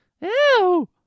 Ew